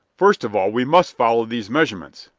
first of all, we must follow these measurements.